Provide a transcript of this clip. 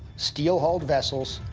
steel-hulled vessels,